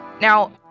Now